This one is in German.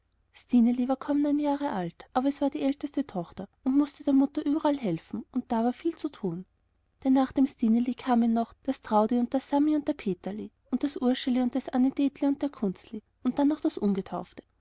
neun jahre alt aber es war die älteste tochter und mußte der mutter überall helfen und da war viel zu tun denn nach dem stineli kamen noch das trudi und der sami und der peterli und das urschli und das anne deteli und der kunzli und dann noch das